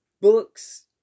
books